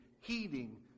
heeding